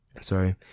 Sorry